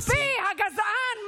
הגזען,